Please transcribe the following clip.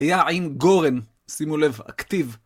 היה עם גורן, שימו לב, אקטיב.